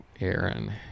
Aaron